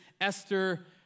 Esther